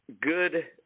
good